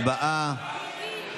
ההצבעה: 47 בעד, 55 מתנגדים.